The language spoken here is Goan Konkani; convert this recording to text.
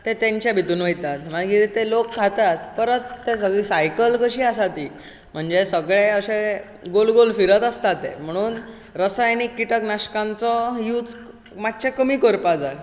ते तेंचे भितूर वयतात मागीर ते लोक खातात परत ते सगळी सायकल कशी आसा ती म्हणजे सगळें अशें गोल गोल फिरत आसता तें म्हणून रसायनीक किटक नाशकांचो यूज मातशें कमी करपाक जाय